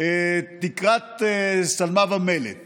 שלמת תקרה ומלט